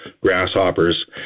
grasshoppers